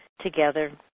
together